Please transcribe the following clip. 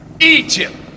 Egypt